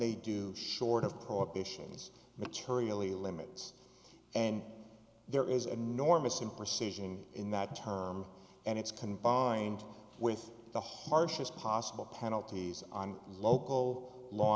they do short of prohibitions materially limits and there is an enormous imprecision in that term and it's combined with the harshest possible penalties on local law